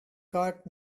got